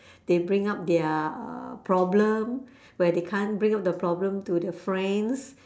they bring up their problem where they can't bring up the problem to their friends